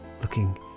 looking